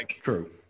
True